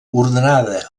ordenada